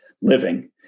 living